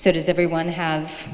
so does everyone have